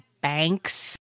banks